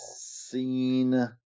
seen